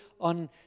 on